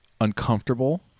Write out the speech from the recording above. uncomfortable